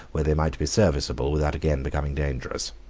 where they might be serviceable without again becoming dangerous.